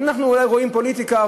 אנחנו אולי רואים פוליטיקה,